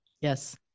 Yes